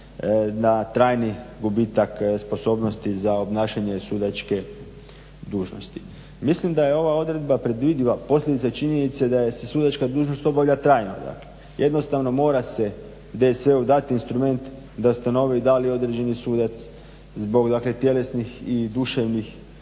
na trajni gubitak sposobnosti za obnašanje sudačke dužnosti. Mislim da je ova odredba predvidiva posljedica činjenice da se sudačka dužnost obavlja trajno. Jednostavno mora se DSV-u dati instrument da ustanovi da li određeni sudac zbog tjelesnih i duševnih